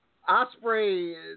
Osprey